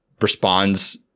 responds